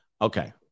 Okay